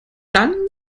dann